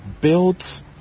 built